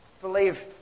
believe